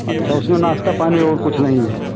अच्छा उसमे नाश्ता पानी और कुछ नहीं है